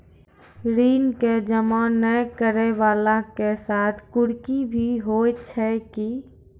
ऋण के जमा नै करैय वाला के साथ कुर्की भी होय छै कि?